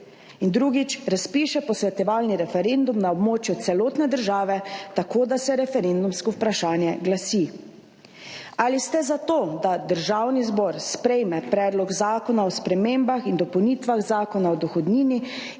drugič, razpiše posvetovalni referendum na območju celotne države tako, da se referendumsko vprašanje glasi: Ali ste za to, da Državni zbor sprejme Predlog zakona o spremembah in dopolnitvah Zakona o dohodnini